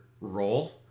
role